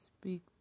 speak